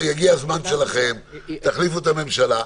יגיע הזמן שלכם, תחליפו את הממשלה.